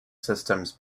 systems